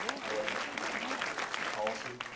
how do i change people's minds? is it through policy?